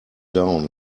down